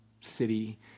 city